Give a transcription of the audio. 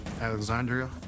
Alexandria